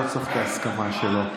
אני לא צריך את ההסכמה שלו.